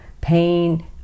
pain